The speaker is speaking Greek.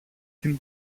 την